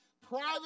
private